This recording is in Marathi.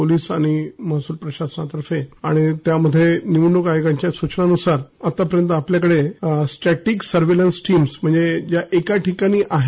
पोलिस आणि महसूल प्रशासनातर्फे यामध्ये निवडणूक आयोगाच्या सूचनेन्रसार आतापर्यंत आपल्याकडे स्टॅटिक सर्वेलन्स टिम्स् ज्या एका ठिकाणी आहेत